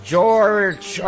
George